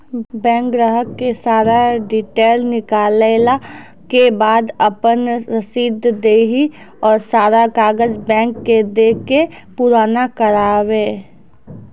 Bank ग्राहक के सारा डीटेल निकालैला के बाद आपन रसीद देहि और सारा कागज बैंक के दे के पुराना करावे?